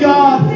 God